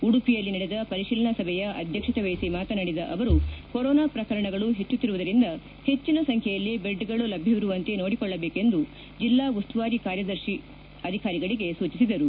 ಉಡುಪಿಯಲ್ಲಿ ನಡೆದ ಪರಿಶೀಲನಾ ಸಭೆಯ ಅಧ್ಯಕ್ಷತೆ ವಹಿಸಿ ಮಾತನಾಡಿದ ಅವರು ಕೊರೋನಾ ಪ್ರಕರಣಗಳು ಹೆಚ್ಚುತ್ತಿರುವುದರಿಂದ ಹೆಚ್ಚಿನ ಸಂಖ್ಯೆಯಲ್ಲಿ ಬೆಡ್ಗಳು ಲಭ್ಯವಿರುವಂತೆ ನೋಡಿಕೊಳ್ಳಬೇಕೆಂದು ಜಿಲ್ಲಾ ಉಸ್ತುವಾರಿ ಕಾರ್ಯದರ್ಶಿ ಅಧಿಕಾರಿಗಳಿಗೆ ಸೂಚಿಸಿದರು